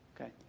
okay